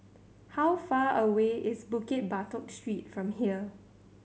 how far away is Bukit Batok Street from here